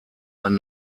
ein